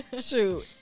Shoot